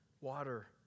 water